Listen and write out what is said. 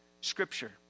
Scripture